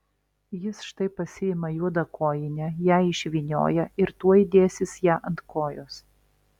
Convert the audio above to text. jis štai pasiima juodą kojinę ją išvynioja ir tuoj dėsis ją ant kojos